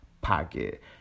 pocket